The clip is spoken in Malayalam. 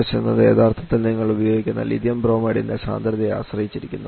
ṁws എന്നത് യഥാർത്ഥത്തിൽ നിങ്ങൾ ഉപയോഗിക്കുന്ന ലിഥിയം ബ്രോമൈഡിന്റെ സാന്ദ്രതയെ ആശ്രയിച്ചിരിക്കുന്നു